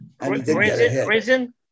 prison